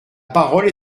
parole